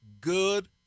good